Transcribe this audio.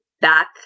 back